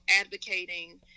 advocating